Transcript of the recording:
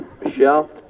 Michelle